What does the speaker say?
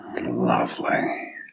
lovely